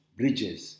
bridges